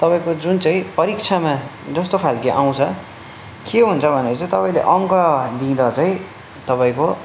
तपाईँको जुन चाहिँ परिक्षामा जस्तो खालको आउँछ के हुन्छ भने चाहिँ तपाईँले अङ्क दिँदा चाहिँ तपाईँको